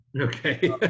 Okay